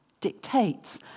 dictates